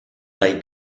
dai